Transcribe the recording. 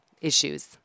issues